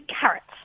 carrots